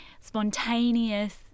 spontaneous